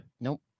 Nope